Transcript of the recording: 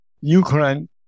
Ukraine